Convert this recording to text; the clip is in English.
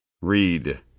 read